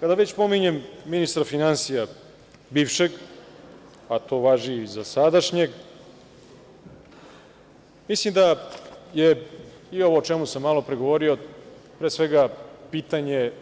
Kada već pominjem ministra finansija bivšeg, a to važi i za sadašnjeg, mislim da je i ovo o čemu sam malopre govorio, mislim da je pre svega